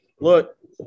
look